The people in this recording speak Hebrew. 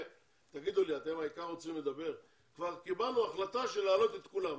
כבר קיבלנו החלטה להעלות את כולם,